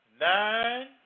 nine